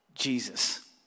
Jesus